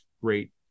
great